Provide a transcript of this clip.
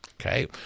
okay